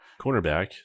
cornerback